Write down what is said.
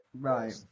Right